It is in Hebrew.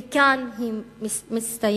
וכאן היא מסתיימת.